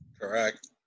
Correct